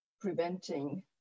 preventing